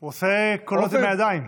הוא עושה קולות בידיים.